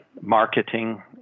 marketing